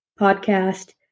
podcast